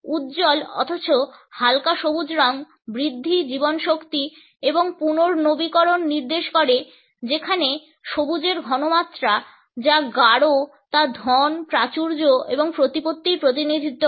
উজ্জ্বল অথচ হালকা সবুজ রঙ বৃদ্ধি জীবনীশক্তি এবং পুনর্নবীকরণ নির্দেশ করে যেখানে সবুজের ঘন মাত্রা যা গাঢ় তা ধন প্রাচুর্য এবং প্রতিপত্তির প্রতিনিধিত্ব করে